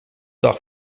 dag